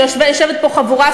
ויושבת פה חבורה,